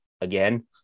again